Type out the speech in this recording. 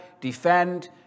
defend